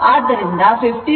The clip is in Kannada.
ಆದ್ದರಿಂದ 56